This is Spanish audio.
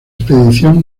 expedición